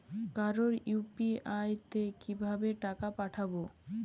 কারো ইউ.পি.আই তে কিভাবে টাকা পাঠাবো?